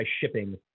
shipping